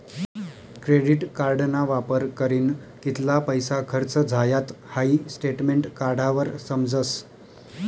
credit कार्डना वापर करीन कित्ला पैसा खर्च झायात हाई स्टेटमेंट काढावर समजस